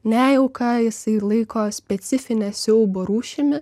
nejauką jisai laiko specifine siaubo rūšimi